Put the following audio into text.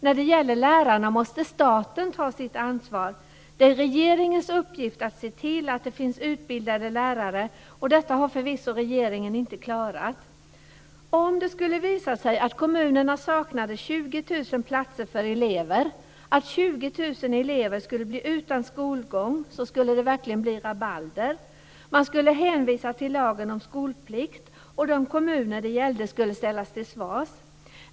När det gäller lärarna måste staten ta sitt ansvar. Det är regeringens uppgift att se till att det finns utbildade lärare, och detta har förvisso regeringen inte klarat. Om det skulle visa sig att kommunerna saknade 20 000 platser för elever, att 20 000 elever skulle bli utan skolgång, skulle det verkligen bli rabalder. Man skulle hänvisa till lagen om skolplikt, och de kommuner det gällde skulle ställas till svars.